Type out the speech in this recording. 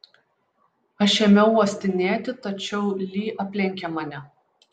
aš ėmiau uostinėti tačiau li aplenkė mane